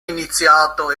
iniziato